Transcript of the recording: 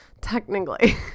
Technically